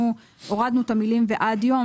הורדנו את המילים 'ועד יום',